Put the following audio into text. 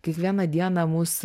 kiekvieną dieną mus